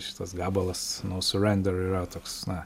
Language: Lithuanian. šitas gabalas nau surender yra toks na